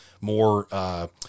more –